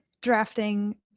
drafting